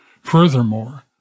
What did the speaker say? Furthermore